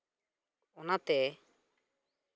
ᱚᱱᱟᱛᱮ